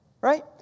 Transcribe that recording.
Right